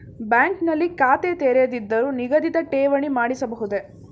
Bank ನಲ್ಲಿ ಖಾತೆ ತೆರೆಯದಿದ್ದರೂ ನಿಗದಿತ ಠೇವಣಿ ಮಾಡಿಸಬಹುದೇ?